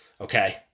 Okay